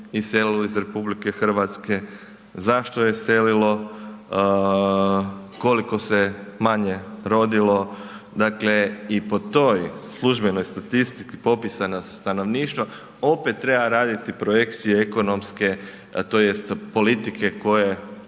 iselilo iz RH, zašto je iselilo, koliko se manje rodilo. Dakle i po toj službenoj statistici popisa stanovništva opet treba raditi projekcije ekonomske tj. politike koje